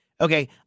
Okay